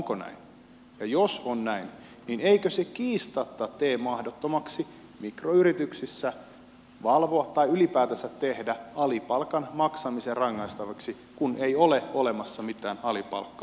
ja jos on näin niin eikö se kiistatta tee mahdottomaksi mikroyrityksissä valvoa tai ylipäätänsä tehdä alipalkan maksaminen rangaistavaksi kun ei ole olemassa mitään alipalkkaa